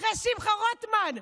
אחרי שמחה רוטמן.